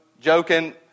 joking